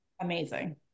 Amazing